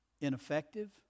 ineffective